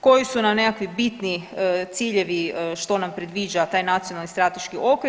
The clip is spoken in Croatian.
Koji su nam nekakvi bitni ciljevi što nam predviđa taj Nacionalni strateški okvir?